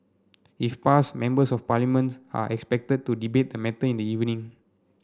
if passed Members of Parliament are expected to debate the matter in the evening